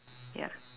ya